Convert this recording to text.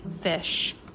fish